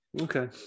okay